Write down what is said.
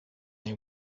they